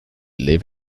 live